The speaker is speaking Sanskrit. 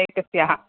एकस्याः